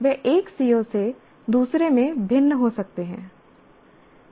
वे एक CO से दूसरे में भिन्न हो सकते हैं